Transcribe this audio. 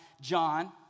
John